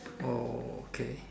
okay